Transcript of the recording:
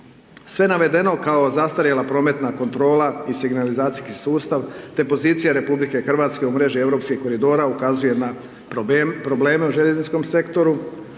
Sve navedeno kao zastarjela prometna kontrola i signalizacijski sustav te pozicija RH u mreži europskih koridora ukazuje na problem u željezničkom sektoru.